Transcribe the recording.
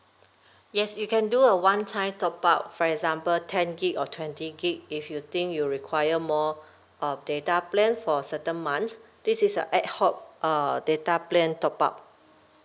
yes you can do a one time top up for example ten git or twenty git if you think you require more uh data plan for certain months this is a ad hoc err data plan top up